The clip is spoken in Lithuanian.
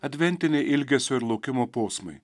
adventiniai ilgesio ir laukimo posmai